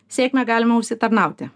sėkmę galima užsitarnauti